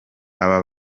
aba